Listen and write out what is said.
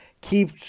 keep